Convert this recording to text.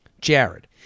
jared